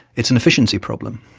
it's an efficiency problem.